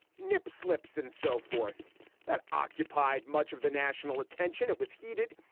nip slips and so forth that occupied much of the national attention. it was heated.